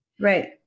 Right